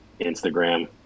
instagram